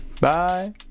Bye